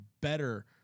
better